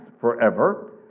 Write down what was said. forever